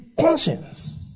conscience